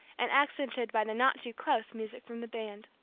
and accented by the not-too-close music from the band.